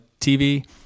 TV